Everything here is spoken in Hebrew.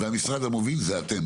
כשהמשרד המוביל זה אתם.